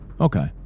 okay